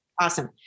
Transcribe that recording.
Awesome